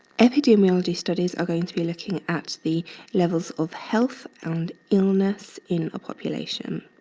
epidemiology studies are going to be looking at the levels of health and illness in a population.